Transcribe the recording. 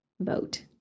vote